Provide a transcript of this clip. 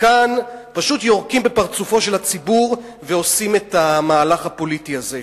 כאן פשוט יורקים בפרצופו של הציבור ועושים את המהלך הפוליטי הזה.